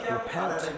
repent